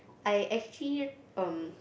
I actually um